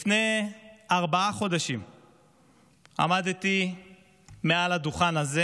לפני ארבעה חודשים עמדתי מעל הדוכן הזה